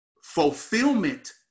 Fulfillment